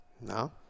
No